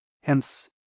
Hence